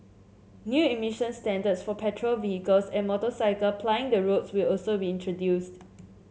new emission standards for petrol vehicles and motorcycle plying the roads will also be introduced